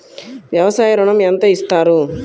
వ్యవసాయ ఋణం ఎంత ఇస్తారు?